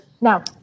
Now